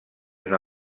una